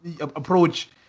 approach